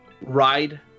Ride